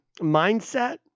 mindset